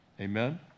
Amen